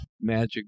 Magic